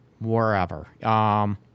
wherever